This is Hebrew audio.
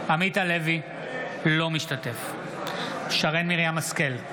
אינו משתתף בהצבעה שרן מרים השכל,